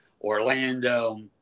Orlando